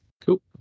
Cool